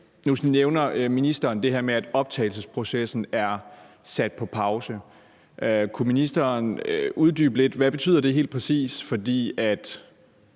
Nu nævner ministeren det her med, at optagelsesprocessen er sat på pause. Kunne ministeren uddybe lidt, hvad det helt præcis betyder,